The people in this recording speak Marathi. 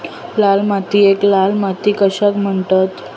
लाल मातीयेक लाल माती कशाक म्हणतत?